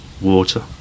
water